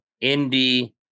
Indy